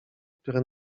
które